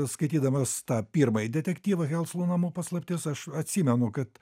skaitydamas tą pirmąjį detektyvą helclų namų paslaptis aš atsimenu kad